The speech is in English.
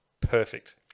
perfect